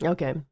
Okay